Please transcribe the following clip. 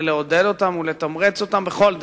ולעודד אותן ולתמרץ אותן בכל דרך,